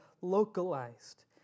localized